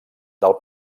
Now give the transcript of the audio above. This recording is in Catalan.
del